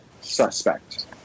suspect